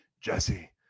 Jesse